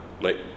late